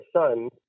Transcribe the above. son